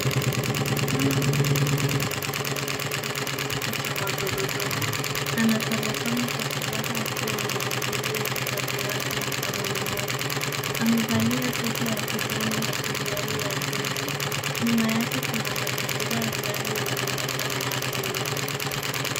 Kijana mwenye nywele nyeusi ameketi kwenye kiti cha magurudumu. Anatabasamu kwa furaha akiwa ameshikilia kitabu wazi mkononi mwake. Amevalia sweta ya kijani na suruali ya jeans . Nyuma yake kuna mazingira ya ndani yenye meza na watu wengine.